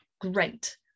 great